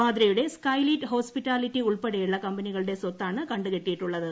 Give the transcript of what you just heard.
വാദ്രയുടെ Skylight Hospitality ഉൾപ്പെടെയുള്ള കമ്പനികളുടെ സ്വത്താണ് കണ്ടുകെട്ടിയിട്ടുള്ളത്